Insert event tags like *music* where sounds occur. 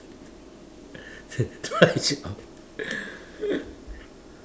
*laughs* trishaw